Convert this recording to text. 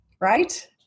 right